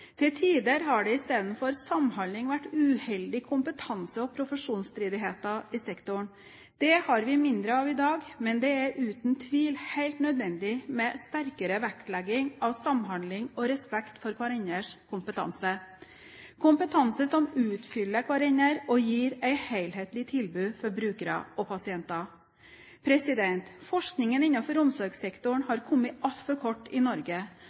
Til tider har det istedenfor samhandling vært uheldige kompetanse- og profesjonsstridigheter i sektoren. Det har vi mindre av i dag, men det er uten tvil helt nødvendig med sterkere vektlegging av samhandling og respekt for hverandres kompetanse – kompetanse som utfyller hverandre, og som gir et helhetlig tilbud for brukere og pasienter. Forskningen innenfor omsorgssektoren har kommet altfor kort i Norge.